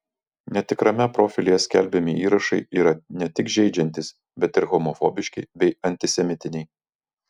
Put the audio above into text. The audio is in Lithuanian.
netikrame profilyje skelbiami įrašai yra ne tik žeidžiantys bet ir homofobiški bei antisemitiniai